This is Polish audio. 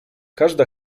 każda